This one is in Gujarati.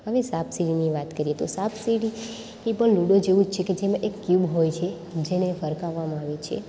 હવે સાપ સીડીની વાત કરીએ તો સાપ સીડી એ પણ લૂડો જેવું જ છે કે જેમાં એક ક્યૂબ હોય છે જેને ફરકાવામાં આવે છે